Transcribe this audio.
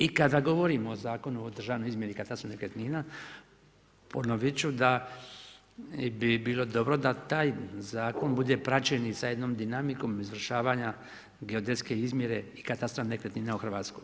I kada govorimo o Zakonu o državnoj izmjeri katastra nekretnina, ponoviti ću, da bi bilo dobro da taj zakon bude praćen sa jednom dinamikom izvršavanja geodetske izmjere i katastra nekretnine u Hrvatskoj.